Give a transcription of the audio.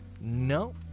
no